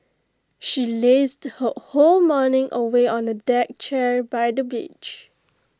she lazed her whole morning away on A deck chair by the beach